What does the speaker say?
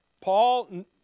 Paul